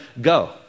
go